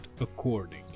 accordingly